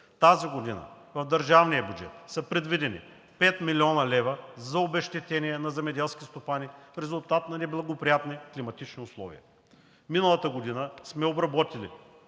Тази година в държавния бюджет са предвидени 5 млн. лв. за обезщетение на земеделски производители в резултат на неблагоприятни климатични условия. Миналата година сме обработили